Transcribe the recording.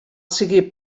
sigui